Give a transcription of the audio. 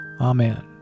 Amen